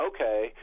okay